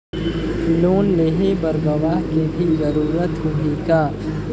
Loan लेहे बर गवाह के भी जरूरत होही का?